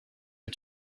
que